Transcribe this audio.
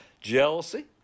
jealousy